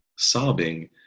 sobbing